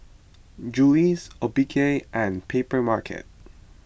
Julie's Obike and Papermarket